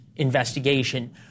investigation